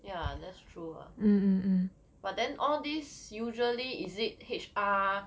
yeah that's true lah but then all these usually is it H_R